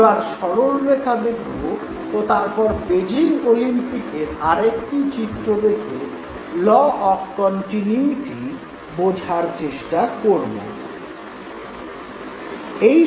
এবার সরলরেখা দেখব ও তারপর বেজিং ওলিম্পিকের আর একটি চিত্র দেখে ল অফ কন্টিন্যুইটি বোঝার চেষ্টা করব